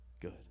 good